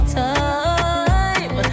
time